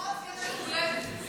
לבועז יש יום הולדת.